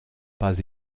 pas